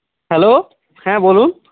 hello হ্যাঁ বলুন